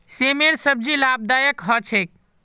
सेमेर सब्जी लाभदायक ह छेक